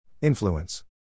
Influence